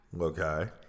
Okay